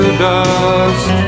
dust